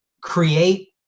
create